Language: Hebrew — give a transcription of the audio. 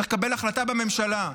צריך לקבל החלטה בממשלה.